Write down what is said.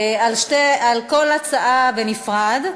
על שתי, על כל הצעה בנפרד.